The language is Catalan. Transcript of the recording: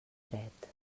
dret